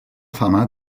fama